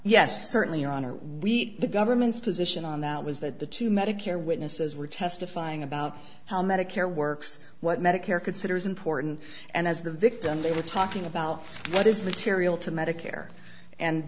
yes certainly your honor we the government's position on that was that the two medicare witnesses were testifying about how medicare works what medicare considers important and as the victim they were talking about what is material to medicare and